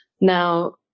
Now